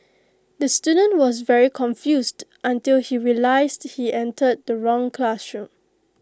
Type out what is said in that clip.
the student was very confused until he realised he entered the wrong classroom